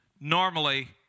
normally